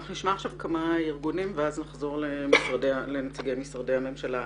אנחנו נשמע עכשיו כמה ארגונים ואז נחזור לנציגי משרדי הממשלה.